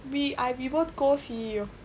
be I be both co-C_E_O